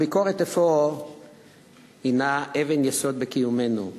הביקורת אפוא היא אבן יסוד בקיומנו,